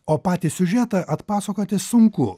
o patį siužetą atpasakoti sunku